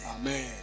Amen